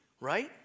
Right